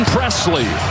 Presley